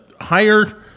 higher